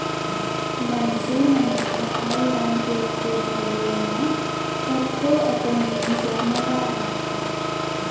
मनसे मन ह ऑनलाईन ऐप के जरिए म कतको अकन जिनिस ल मंगा डरथे